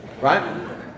right